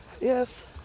Yes